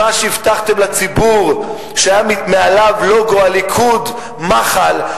ממה שהבטחתם לציבור שהיה מעליו לוגו הליכוד-מח"ל,